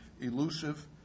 elusive